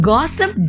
Gossip